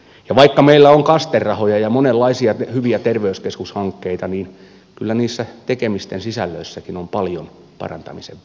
ja vaikka meillä on kaste rahoja ja monenlaisia hyviä terveyskeskushankkeita niin kyllä niissä tekemisten sisällöissäkin on paljon parantamisen varaa